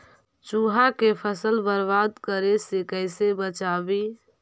चुहा के फसल बर्बाद करे से कैसे बचाबी?